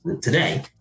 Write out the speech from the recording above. today